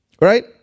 Right